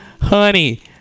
honey